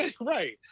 Right